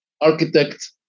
architect